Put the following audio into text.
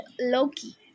Loki